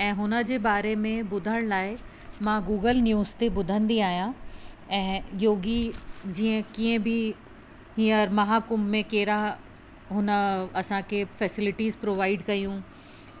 ऐं हुन जे बारे में ॿुधण लाइ मां गूगल न्यूज़ ते ॿुधंदी आहियां ऐं योगी जीअं कीअं बि हींअर महाकुंभ में कहिड़ा हुन असां के फ़ेसिलिटीस प्रोवाइड कयूं